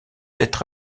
être